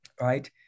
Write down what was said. right